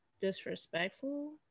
disrespectful